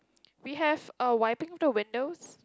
we have uh wiping the windows